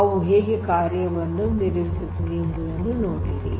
ಅವು ಹೇಗೆ ಕಾರ್ಯವನ್ನು ನಿರ್ವಹಿಸುತ್ತದೆ ಎಂಬುದನ್ನು ನೋಡಿರಿ